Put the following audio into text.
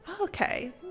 Okay